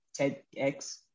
TEDx